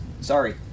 Sorry